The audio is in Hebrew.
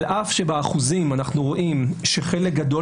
על אף שבאחוזים אנחנו רואים שחלק גדול